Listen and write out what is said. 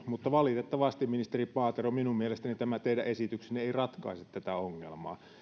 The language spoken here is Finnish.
mutta valitettavasti ministeri paatero minun mielestäni tämä teidän esityksenne ei ratkaise tätä ongelmaa